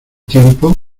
tiempo